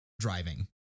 driving